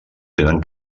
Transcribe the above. tenen